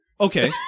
Okay